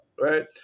Right